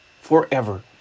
forever